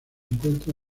encuentra